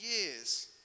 years